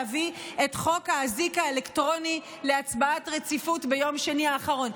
להביא את חוק האזיק האלקטרוני להצבעה על רציפות ביום שני האחרון.